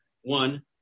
one